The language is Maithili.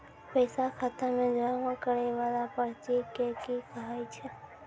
पैसा खाता मे जमा करैय वाला पर्ची के की कहेय छै?